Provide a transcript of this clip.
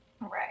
Right